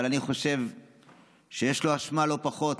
אבל אני חושב שיש לו אשמה לא פחות